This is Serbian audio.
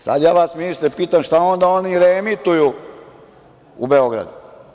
Sada ja vas, ministre, pitam – šta onda oni reemituju u Beogradu?